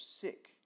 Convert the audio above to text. sick